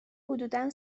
حدودا